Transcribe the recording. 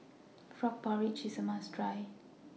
Frog Porridge IS A must Try